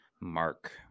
mark